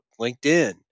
LinkedIn